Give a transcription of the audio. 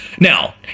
Now